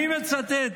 אני מצטט.